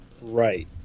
Right